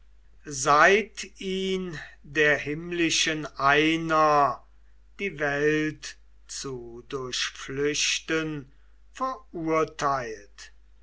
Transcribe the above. seit ihn der himmlischen einer die welt zu durchflüchten verurteilt